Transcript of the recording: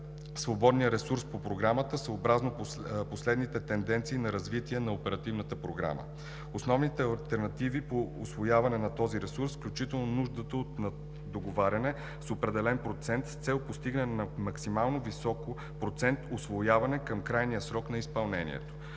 свободния ресурс по Програмата, съобразно последните тенденции на развитие на Оперативната програма, основните алтернативи по усвояване на този ресурс, включително нуждата от договаряне с определен процент с цел постигане на максимално висок процент усвояване към крайния срок на изпълнението.